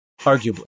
arguably